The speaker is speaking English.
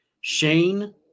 Shane